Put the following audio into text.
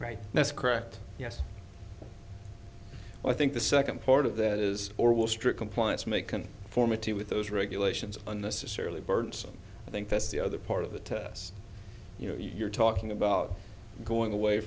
right that's correct yes i think the second part of that is or will strip compliance macon formative with those regulations unnecessarily burdensome i think that's the other part of the us you know you're talking about going away